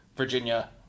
Virginia